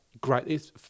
great